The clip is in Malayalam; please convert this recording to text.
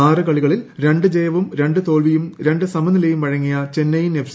ആറ് കളികളിൽ രണ്ട് ജയവും രണ്ട് തോൽവിയും രണ്ട് സമനിലയും വഴങ്ങിയ ചെന്നൈയിൻ എഫ്